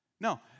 No